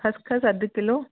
खसिखसि अधु किलो